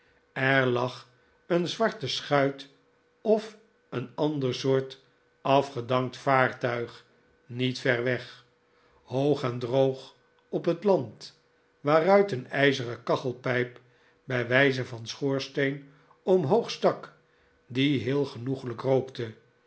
er lag een zwarte schuit of een ander soort afgedankt vaartuig niet ver weg hoog en droog op het land waaruit een ijzeren kachelpijp bij wij ze van schoorsteen omhoog stak die heel genoeglijk rookte